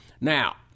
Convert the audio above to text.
Now